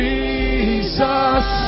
Jesus